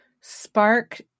spark